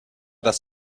das